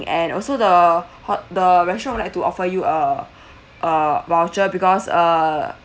and also the ho~ the restaurant would like to offer you uh a voucher because uh